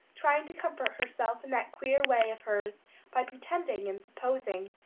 trying to comfort herself in that queer way of hers by pretending and supposing,